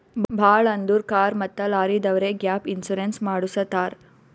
ಭಾಳ್ ಅಂದುರ್ ಕಾರ್ ಮತ್ತ ಲಾರಿದವ್ರೆ ಗ್ಯಾಪ್ ಇನ್ಸೂರೆನ್ಸ್ ಮಾಡುಸತ್ತಾರ್